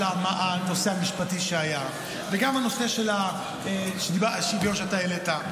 הנושא המשפטי שהיה וגם בנושא של השוויון שאתה העלית,